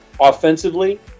offensively